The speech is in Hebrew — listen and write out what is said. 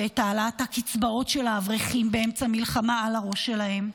את העלאת הקצבאות של האברכים באמצע מלחמה על הראש שלהם.